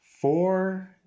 Four